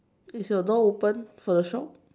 is your door open for the shop